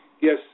yes